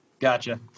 Gotcha